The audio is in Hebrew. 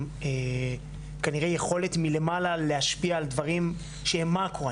כנראה יכולת מלמעלה להשפיע על דברים שהם מאקרו.